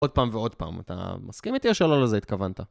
עוד פעם ועוד פעם, אתה מסכים איתי או שלא? לא לזה התכוונת?